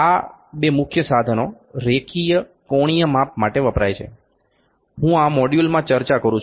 આ બે મુખ્ય સાધનો રેખીય કોણીય માપ માટે વપરાય છે હું આ મોડ્યુલમાં ચર્ચા કરું છું